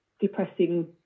depressing